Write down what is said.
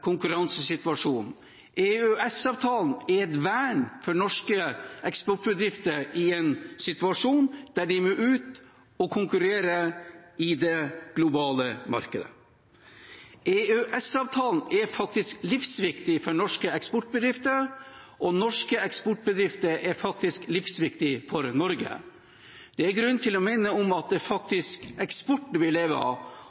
er et vern for norske eksportbedrifter i en situasjon der de må ut og konkurrere i det globale markedet. EØS-avtalen er faktisk livsviktig for norske eksportbedrifter, og norske eksportbedrifter er faktisk livsviktig for Norge. Det er grunn til å minne om at det faktisk er